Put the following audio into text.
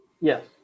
Yes